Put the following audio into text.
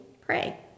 pray